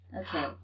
Okay